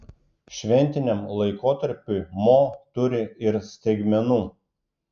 šventiniam laikotarpiui mo turi ir staigmenų